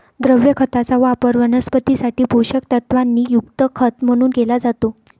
द्रव खताचा वापर वनस्पतीं साठी पोषक तत्वांनी युक्त खत म्हणून केला जातो